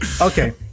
Okay